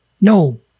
No